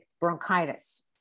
bronchitis